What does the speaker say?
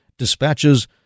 Dispatches